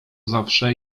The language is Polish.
zawsze